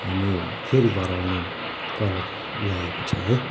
हामी फेरि घर आउन कर लागेको छ है